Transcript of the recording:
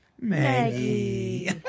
Maggie